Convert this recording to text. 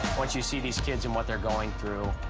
once you see these kids and what they're going through,